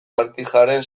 martijaren